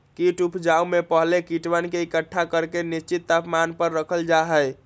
कीट उपजाऊ में पहले कीटवन के एकट्ठा करके निश्चित तापमान पर रखल जा हई